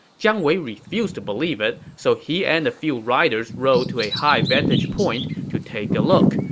jiang wei refused to believe it, so he and a few riders rode to a high vantage point to take a look,